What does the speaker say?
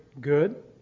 good